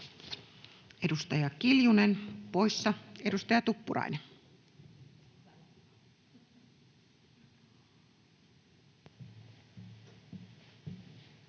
Edustaja Kiljunen, poissa. — Edustaja Tuppurainen.